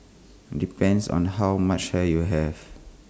depends on how much hair you have